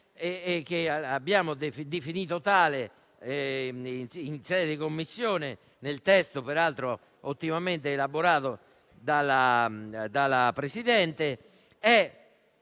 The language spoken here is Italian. che abbiamo definito tale in Commissione, nel testo peraltro ottimamente elaborato dalla Presidente,